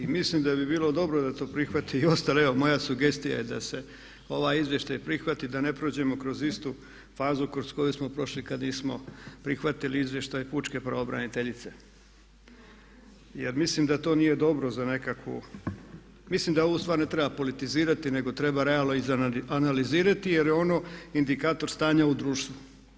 Mislim da bi bilo dobro da to prihvate i ostali, evo moja sugestija je da se ovaj izvještaj prihvati, da ne prođemo kroz istu fazu kroz koju smo prošli kad nismo prihvatili izvještaj pučke pravobraniteljice jer mislim da to nije dobro za nekakvu, mislim da ovu stvar ne treba politizirati nego treba realno izanalizirati jer je ono indikator stanja u društvu.